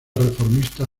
reformista